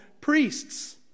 priests